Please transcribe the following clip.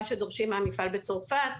מה שדורשים מהמפעל בצרפת,